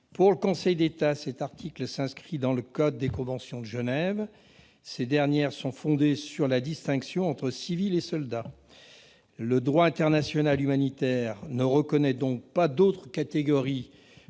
Selon le Conseil d'État, cet article s'inscrit dans le cadre des conventions de Genève. Ces dernières sont elles-mêmes fondées sur la distinction entre civil et soldat. Le droit international humanitaire ne reconnaît donc pas d'autre catégorie